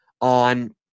on